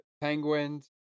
Penguins